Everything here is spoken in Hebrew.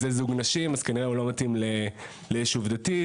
זה זוג נשים, אז כנראה הוא לא מתאים לישוב דתי.